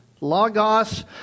Logos